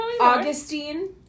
Augustine